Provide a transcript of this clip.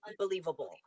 unbelievable